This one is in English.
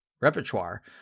repertoire